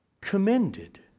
commended